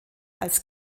als